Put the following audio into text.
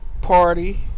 Party